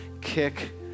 kick